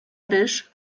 ryż